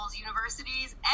universities